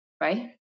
right